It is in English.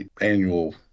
annual